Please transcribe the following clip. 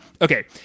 Okay